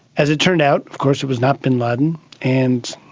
as it turned out of course it was not bin laden and